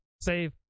save